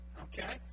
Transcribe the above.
okay